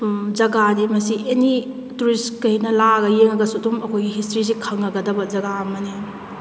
ꯖꯒꯥꯗꯤ ꯃꯁꯤ ꯑꯦꯅꯤ ꯇꯨꯔꯤꯁꯈꯩꯅ ꯂꯥꯛꯑꯒ ꯌꯦꯡꯉꯒꯁꯨ ꯑꯗꯨꯝ ꯑꯩꯈꯣꯏꯒꯤ ꯍꯤꯁꯇ꯭ꯔꯤꯁꯤ ꯈꯪꯉꯒꯗꯕ ꯖꯒꯥ ꯑꯃꯅꯤ